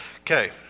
Okay